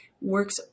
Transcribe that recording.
works